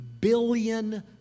billion